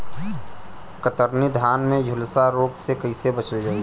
कतरनी धान में झुलसा रोग से कइसे बचल जाई?